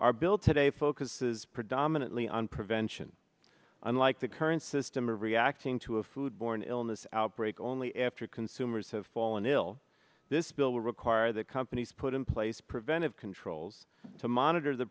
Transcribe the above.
our bill today focuses predominantly on prevention unlike the current system of reacting to a food borne illness outbreak only after consumers have fallen ill this bill will require that companies put in place preventive controls to monitor the